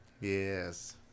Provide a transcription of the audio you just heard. Yes